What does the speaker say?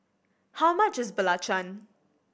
how much is belacan